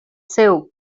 seu